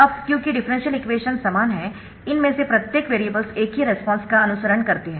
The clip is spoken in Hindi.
अब क्योंकि डिफरेंशियल इक्वेशन समान है इनमें से प्रत्येक वेरिएबल्स एक ही रेस्पॉन्स का अनुसरण करते है